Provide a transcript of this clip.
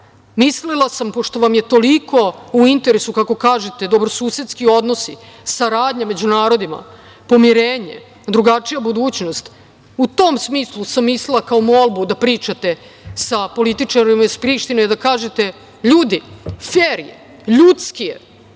mislila sam, pošto vam je toliko u interesu, kako kažete, dobrosusedski odnosi, saradnja među narodima, pomirenje, drugačija budućnost, u tom smislu sam mislila kao molbu da pričate sa političarima iz Prištine, da kažete – ljudi, fer je, ljudski je,